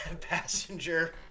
passenger